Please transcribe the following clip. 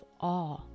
awe